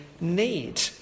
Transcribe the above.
need